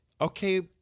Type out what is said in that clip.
Okay